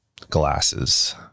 glasses